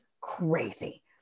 crazy